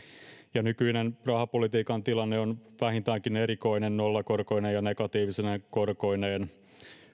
ja nykyinen rahapolitiikan tilanne on vähintäänkin erikoinen nollakorkoineen ja negatiivisine korkoineen